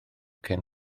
cyn